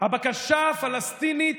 הבקשה הפלסטינית